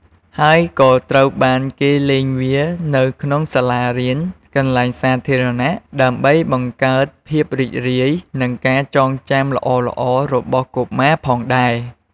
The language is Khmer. ហើយក៏ត្រូវបានគេលេងវា នៅក្នុងសាលារៀន កន្លែងសាធារណៈ ដើម្បីបង្កើតភាពរីករាយ និងការចងចាំល្អៗរបស់កុមារផងដែរ។